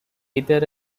either